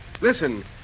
Listen